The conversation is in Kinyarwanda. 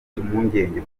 impungenge